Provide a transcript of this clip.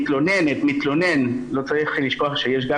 שהמתלוננת או המתלונן לא צריך לשכוח שיש גם